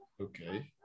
Okay